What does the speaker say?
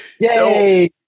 Yay